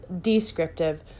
descriptive